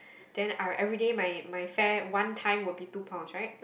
then I everyday my my fare one time will be two pounds right